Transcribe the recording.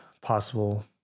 possible